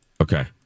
Okay